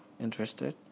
interested